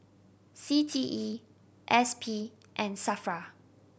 C T E S P and SAFRA